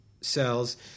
cells